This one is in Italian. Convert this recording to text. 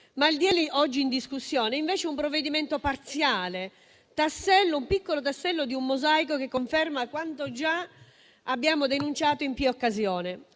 legge oggi in discussione, invece, è un provvedimento parziale, un piccolo tassello di un mosaico che conferma quanto già abbiamo denunciato in più occasioni: